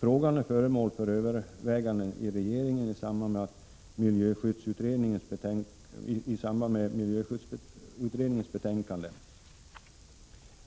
Frågan är föremål för överväganden inom regeringen i samband med att miljöskyddsutredningens betänkande